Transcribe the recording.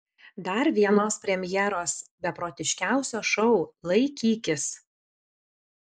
dar vienos premjeros beprotiškiausio šou laikykis